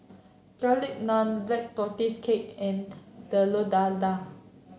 Garlic Naan Black Tortoise Cake and Telur Dadah